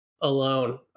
alone